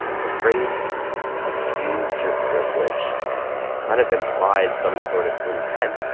the phrase abused your privilege kind of implies some sort of intent.